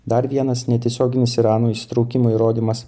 dar vienas netiesioginis irano įsitraukimo įrodymas